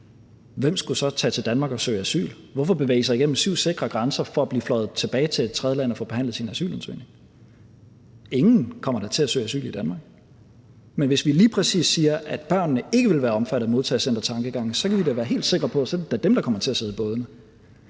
hvem skulle så tage til Danmark og søge asyl? Hvorfor bevæge sig igennem syv sikre grænser for at blive fløjet tilbage til et tredjeland og få behandlet sin asylansøgning? Ingen kommer da til at søge asyl i Danmark. Men hvis vi lige præcis siger, at børnene ikke vil være omfattet af modtagecentertankegangen, kan vi da være helt sikre på, at så er det dem, der kommer til at sidde i bådene.